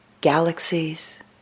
galaxies